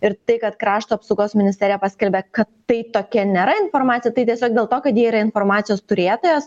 ir tai kad krašto apsaugos ministerija paskelbė kad tai tokia nėra informacija tai tiesiog dėl to kad jie yra informacijos turėtojas